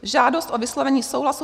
Žádost o vyslovení souhlasu